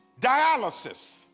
dialysis